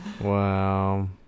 Wow